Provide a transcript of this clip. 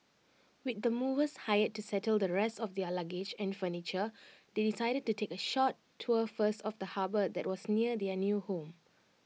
with the movers hired to settle the rest of their luggage and furniture they decided to take A short tour first of the harbour that was near their new home